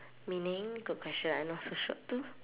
meaning good question I not so sure too